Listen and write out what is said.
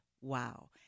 Wow